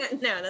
no